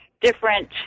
different